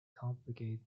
complicate